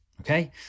Okay